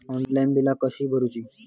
Online बिला कशी भरूची?